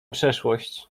przeszłość